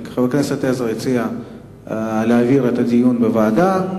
חבר הכנסת עזרא הציע להעביר את הדיון לוועדה.